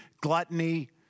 gluttony